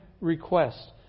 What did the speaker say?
request